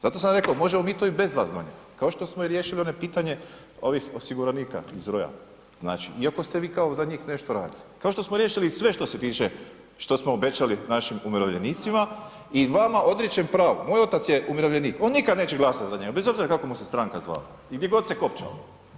Zato sam rekao, možemo mi to i bez vas donijeti kao što smo riješili i ono pitanje ovih osiguranika iz Royala znači iako ste vi kao za njih nešto radili, kao što smo riješili i sve što se tiče, što smo obećali našim umirovljenicima i vama odričem pravo, moj otac je umirovljenik on nikad neće glasat za njega bez obzira kako mu se stranka zvala i gdje god se kopčala.